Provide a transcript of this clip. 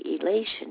elation